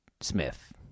Smith